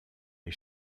les